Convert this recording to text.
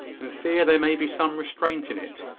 and fear there may be some restraint in it.